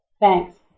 Thanks